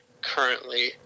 currently